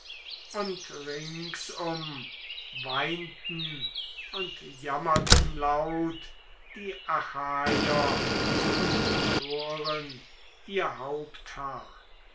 und ringsum weinten und jammerten laut die achaier und schoren ihr haupthaar